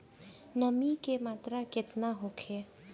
नमी के मात्रा केतना होखे?